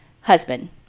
Husband